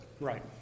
right